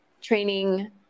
training